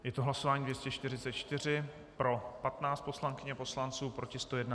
Je to hlasování 244, pro 15 poslankyň a poslanců, proti 101.